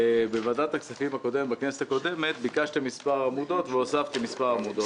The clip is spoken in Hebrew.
בוועדת הכספים בכנסת הקודמת ביקשתם מספר עמודות והוספתי מספר עמודות.